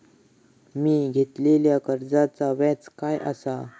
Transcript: मी घेतलाल्या कर्जाचा व्याज काय आसा?